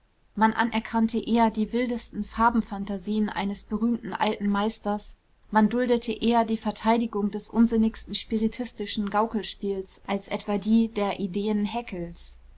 man anerkannte eher die wildesten farbenphantasien eines berühmten alten meisters man duldete eher die verteidigung des unsinnigsten spiritistischen gaukelspiels als etwa die der ideen haeckels